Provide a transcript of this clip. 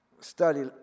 study